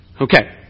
Okay